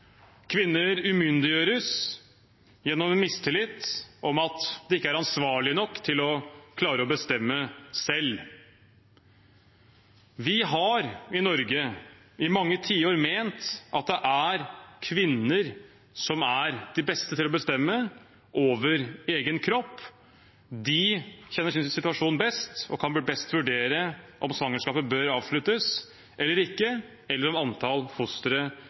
Kvinner umyndiggjøres gjennom en mistillit om at de ikke er ansvarlige nok til å klare å bestemme selv. Vi har i Norge i mange tiår ment at det er kvinner som er de beste til å bestemme over egen kropp. De kjenner sin egen situasjon best og kan best vurdere om svangerskapet bør avsluttes eller ikke, eller om antallet fostre